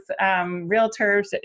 realtors